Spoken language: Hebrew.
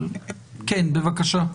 אבל כן, בבקשה.